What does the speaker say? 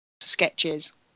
sketches